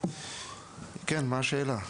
כן, מה השאלה?